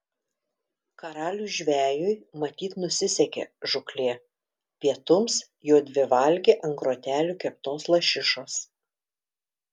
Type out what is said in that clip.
karaliui žvejui matyt nusisekė žūklė pietums jodvi valgė ant grotelių keptos lašišos